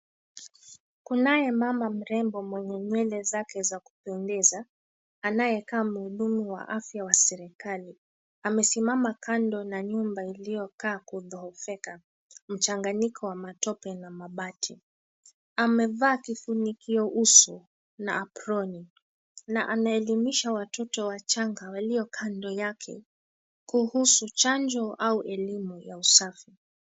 Kunaye mama mrembo mwenye nywele zake za kupendeza, anayekaa mhudumu wa afya wa serikali. Amesimama kando na nyumba iliyokaa kudhohofika, mchanganyiko wa matope na mabati. Amevaa kifunikio uso, na aproni, na anaelimisha watoto wachanga walio kando yake kuhusu chanjo au elimu ya usafi.